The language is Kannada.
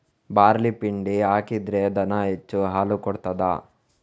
ಬಾರ್ಲಿ ಪಿಂಡಿ ಹಾಕಿದ್ರೆ ದನ ಹೆಚ್ಚು ಹಾಲು ಕೊಡ್ತಾದ?